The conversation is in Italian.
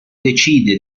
decide